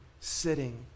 sitting